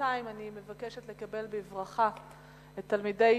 בינתיים אני מבקשת לקבל בברכה את תלמידי